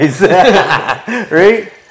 Right